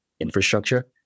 infrastructure